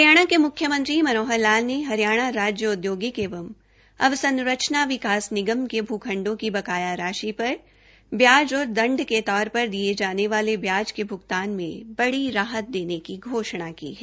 हरियाणा के मुख्यमंत्री मनोहर लाल ने हरियाणा राज्य औद्योगिक एवं अवसंरचना विकास निगम लिमिटेड के भू खंडो की बकाया राशि पर ब्याज और दंड के तौर पर लिये जाने वाले ब्याज के भ्गतान में बड़ी राहत देने की घोषणा की है